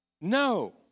No